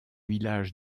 villages